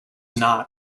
not